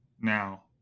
now